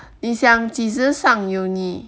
你想几时上 uni